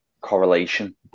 correlation